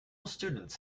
students